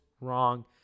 wrong